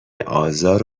آزار